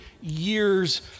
years